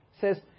says